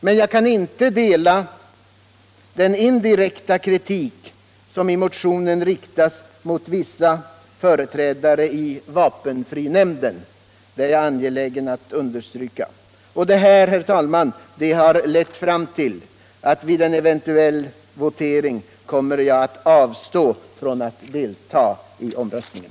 Men jag kan inte instämma i den indirekta kritik som i motionen riktas mot vissa företrädare i vapenfrinämnden — det är jag angelägen att understryka — och det gör att jag vid en eventuell votering kommer att avstå från att delta i omröstningen.